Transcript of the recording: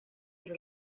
κυρ